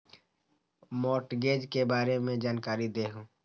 Mortgage के बारे में जानकारी देहु?